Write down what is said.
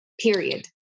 period